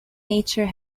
nature